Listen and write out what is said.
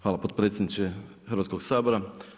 Hvala potpredsjedniče Hrvatskog sabora.